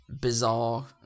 bizarre